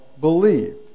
believed